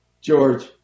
George